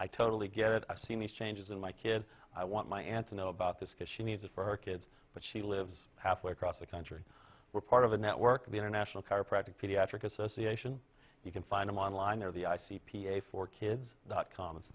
i totally get it i've seen these changes in my kid i want my aunt to know about this because she needs it for her kids but she lives halfway across the country we're part of a network of the international car project pediatric association you can find him online or the i c p a for kids dot com it's